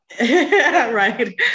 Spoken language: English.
Right